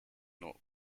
not